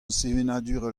sevenadurel